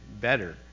better